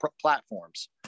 platforms